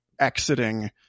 exiting